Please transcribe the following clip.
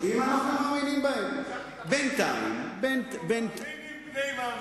מאמינים בני מאמינים.